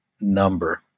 number